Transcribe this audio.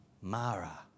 Mara